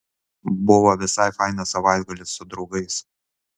buvo visai fainas savaitgalis su draugais